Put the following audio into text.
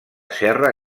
serra